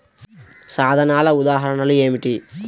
సాధనాల ఉదాహరణలు ఏమిటీ?